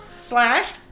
slash